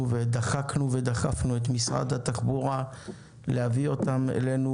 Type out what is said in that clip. ודחקנו ודחפנו את משרד התחבורה להביא אותן אלינו